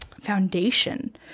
foundation